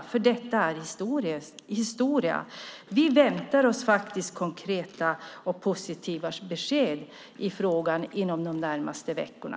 För detta är historia. Vi väntar oss konkreta och positiva besked i frågan inom de närmaste veckorna.